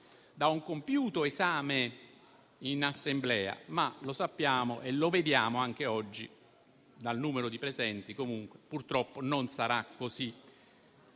da un compiuto esame in Assemblea, ma sappiamo - e lo vediamo anche oggi dal numero di presenti - che purtroppo non sarà così.